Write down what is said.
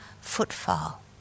footfall